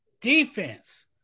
Defense